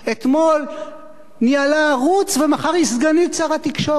אתמול ניהלה ערוץ, ומחר היא סגנית שר התקשורת.